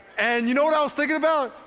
and you know what i was thinking about?